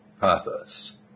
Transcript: purpose